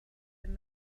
had